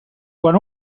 quan